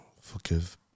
forgive